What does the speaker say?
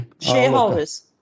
Shareholders